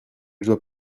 dois